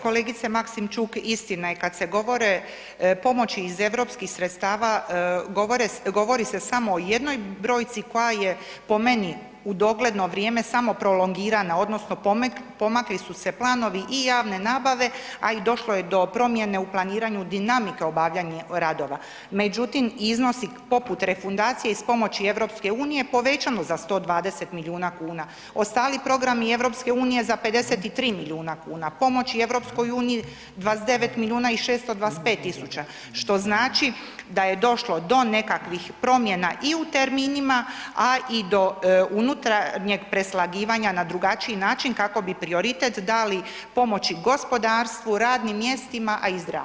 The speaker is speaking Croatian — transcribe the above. Kolegice Maksimčuk, istina je kad se govori pomoći iz europskih sredstava, govori se samo jednoj brojci koja je po meni u dogledno vrijeme samo prolongirana odnosno pomakli su se planovi i javne nabave a i došlo je do promjene u planiranju dinamike obavljana radova međutim iznosi poput refundacije iz pomoći EU-a povećani za 120 milijuna kuna, ostali programi EU-a za 53 milijuna, pomoći EU-u 29 milijuna i 625 000, što znači da je došlo do nekakvih promjena i u terminima a i do unutarnjeg preslagivanja na drugačiji način kako bi prioritet dali pomoći gospodarstvu, radnim mjestima a i zdravstvu.